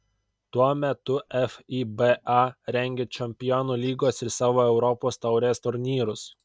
tuo metu fiba rengia čempionų lygos ir savo europos taurės turnyrus